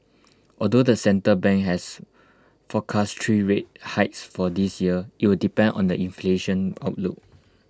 although the central bank has forecast three rate hikes for this year IT will depend on the inflation outlook